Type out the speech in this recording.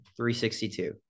362